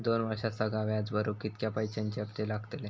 दोन वर्षात सगळा व्याज भरुक कितक्या पैश्यांचे हप्ते लागतले?